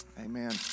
Amen